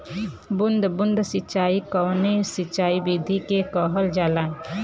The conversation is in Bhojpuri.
बूंद बूंद सिंचाई कवने सिंचाई विधि के कहल जाला?